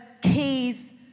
keys